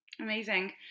amazing